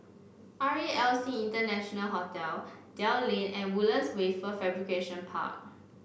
R E L C International Hotel Dell Lane and Woodlands Wafer Fabrication Park